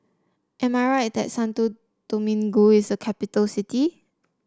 am I right that Santo Domingo is a capital city